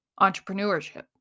entrepreneurship